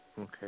Okay